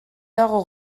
dago